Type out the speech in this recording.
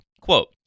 quote